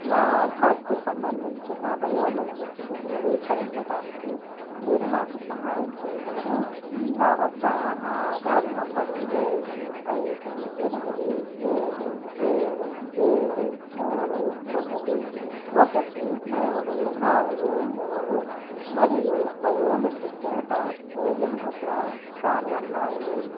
నా ఆధార్కు సంబంధించిన బయోమెట్రిక్సు ధృవీకరించడానికి మీరు నాకు సహాయం చేయగలరా నా వద్ద నా ఆధార్ నంబరు ఏడు ఐదు ఎనిమిది ఏడు ఏడు ఏడు మూడు తొమ్మిది ఒకటి మూడు నాలుగు మూడు మరియు బయోమెట్రిక్ డేటా వేలిముద్ర స్కాన్ ఉన్నాయి